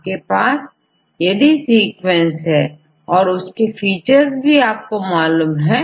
आपके पास यदि सीक्वेंस है और इसके फीचर्स भी आपको मालूम है